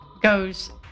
goes